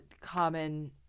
common